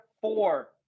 four